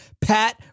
Pat